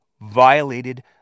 violated